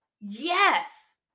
Yes